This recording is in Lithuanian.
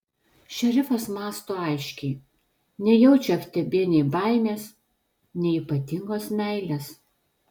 šerifas mąsto aiškiai nejaučia ftb nei baimės nei ypatingos meilės